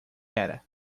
era